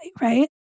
right